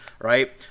right